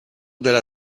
della